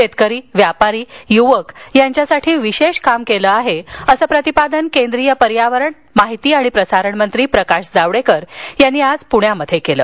शेतकरी व्यापारी युवक यांच्यासाठी विशेष काम केलं आहे असं प्रतिपादन केंद्रीय पर्यावरण माहिती आणि प्रसारण मंत्री प्रकाश जावडेकर यांनी आज पुण्यात केलं